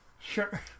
sure